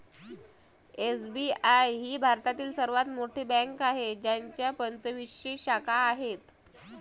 SBI ही भारतातील सर्वात मोठी बँक आहे ज्याच्या पंचवीसशे शाखा आहेत